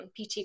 PT